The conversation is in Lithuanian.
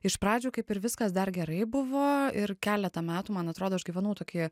iš pradžių kaip ir viskas dar gerai buvo ir keletą metų man atrodo aš gyvenau tokį